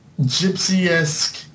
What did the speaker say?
gypsy-esque